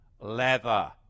leather